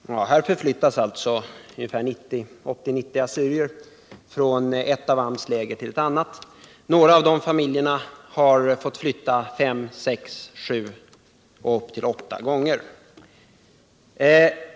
Herr talman! Här förflyttas alltså 80 å 90 assyrier från ett av AMS läger till ett annat. Några av familjerna har fått flytta fem, sex, sju och upp till åtta gånger.